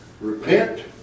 repent